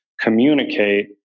communicate